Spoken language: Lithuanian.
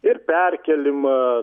ir perkėlimą